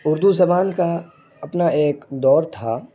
اردو زبان کا اپنا ایک دور تھا